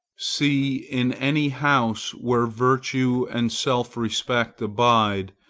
see, in any house where virtue and self-respect abide,